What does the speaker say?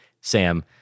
Sam